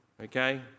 Okay